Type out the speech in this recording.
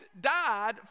died